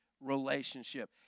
relationship